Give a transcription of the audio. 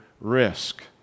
risk